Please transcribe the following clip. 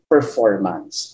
performance